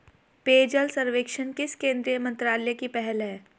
पेयजल सर्वेक्षण किस केंद्रीय मंत्रालय की पहल है?